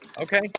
Okay